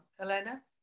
Elena